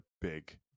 big